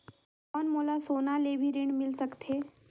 कौन मोला सोना ले भी ऋण मिल सकथे?